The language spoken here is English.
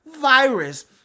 virus